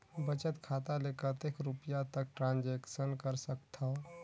बचत खाता ले कतेक रुपिया तक ट्रांजेक्शन कर सकथव?